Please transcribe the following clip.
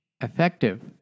effective